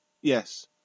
yes